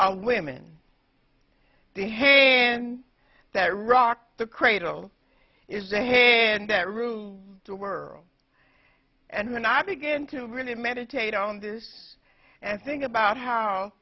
of women the hand that rocks the cradle is the hand that rule the world and then i began to really meditate on this and think about how